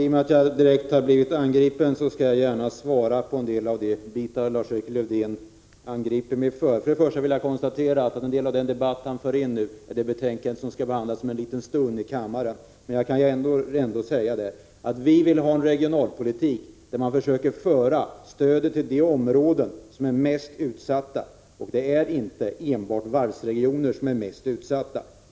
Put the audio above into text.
Herr talman! Jag har blivit angripen av Lars-Erik Lövdén, och jag skall svara på en del av de beskyllningar som framfördes av honom. Jag vill först konstatera att en del av den debatt som han nu tar upp gäller det betänkande som om en liten stund skall behandlas i kammaren. Jag vill ändå säga att vi vill ha en regionalpolitik där man försöker föra stödet till de områden som är mest utsatta, och det är inte enbart varvsregionerna som är mest utsatta.